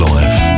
Life